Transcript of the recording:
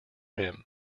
him